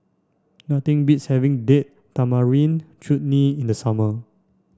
nothing beats having Date Tamarind Chutney in the summer